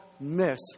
Miss